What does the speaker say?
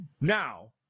now